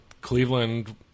Cleveland